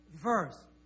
verse